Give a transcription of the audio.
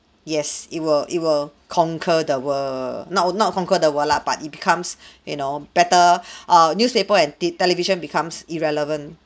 yes it will it will conquer the world not w~ not conquer the world lah but it becomes you know better err newspaper and t television becomes irrelevant